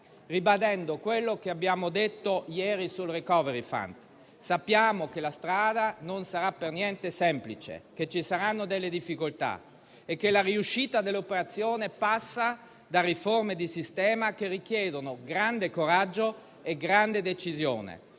ribadendo quello che abbiamo detto ieri sul *recovery fund*: sappiamo che la strada non sarà per niente semplice, che ci saranno delle difficoltà e che la riuscita dell'operazione passa dalle riforme di sistema che richiedono grande coraggio e grande decisione,